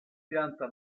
pianta